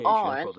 on